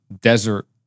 desert